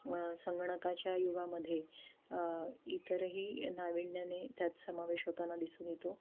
संगणकाच्या युगामध्ये इतरही नाविन्याने त्यात समावेश होताना दिसून येतो